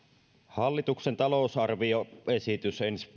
hallituksen talousarvioesitys ensi